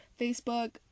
Facebook